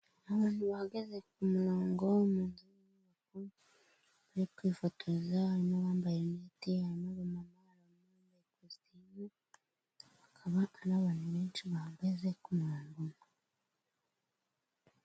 Abantu bahagaze ku murongo bari mu nzu y'inyubako barikwifotoza harimo abambaye bab'amama hari n'uwambaye ikositimu, hakaba hari n'abantu benshi bahagaze ku murongo.